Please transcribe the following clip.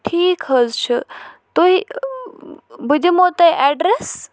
ٹھیٖک حظ چھِ تُہۍ بہٕ دِمو تۄہہِ ایڈریس